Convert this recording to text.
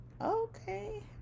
Okay